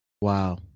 Wow